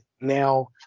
Now